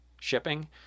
shipping